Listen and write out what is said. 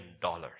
dollars